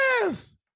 Yes